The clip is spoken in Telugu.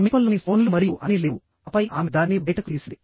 సమీపంలోని ఫోన్లు మరియు అన్నీ లేవు ఆపై ఆమె దానిని బయటకు తీసింది